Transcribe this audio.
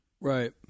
Right